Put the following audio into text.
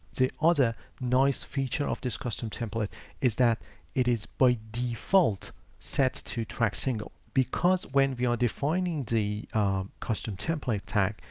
the other nice feature of this custom template is that it is by default sets to track single, because when we are defining the custom template tag,